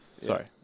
Sorry